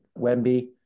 Wemby